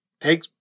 Take